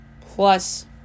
plus